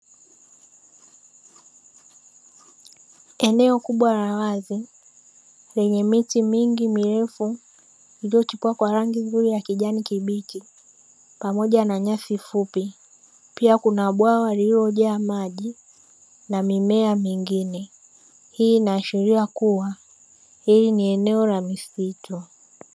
Eneo kubwa la wazi lenye miti mingi mirefu iliyochipua kwa rangi nzuri ya kijani kibichi pamoja na nyasi fupi, pia kuna bwawa lililojaa maji na mimea mingine, hii inaashiria kuwa hili ni eneo la misitu.